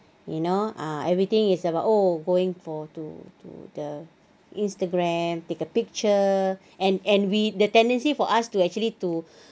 you know ah everything is about oh going for to to the instagram take a picture and and we the tendency for us to actually to